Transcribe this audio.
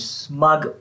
smug